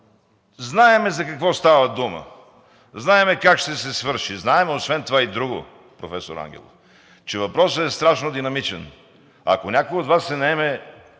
Знаем за какво става дума, знаем как ще се свърши. Знам освен това и друго, професор Ангелов, че въпросът е страшно динамичен. Ако някой от Вас се наеме